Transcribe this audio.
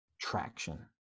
traction